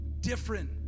different